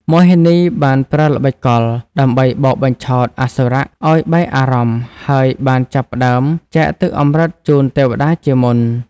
មោហិនីបានប្រើល្បិចកលដើម្បីបោកបញ្ឆោតអសុរៈឱ្យបែកអារម្មណ៍ ហើយបានចាប់ផ្ដើមចែកទឹកអម្រឹតជូនទេវតាជាមុន។